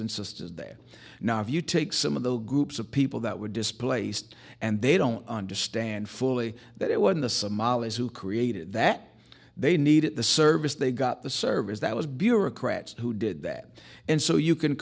and sisters there now if you take some of the groups of people that were displaced and they don't understand fully that it was in the somalis who created that they needed the service they got the service that was bureaucrats who did that and so you can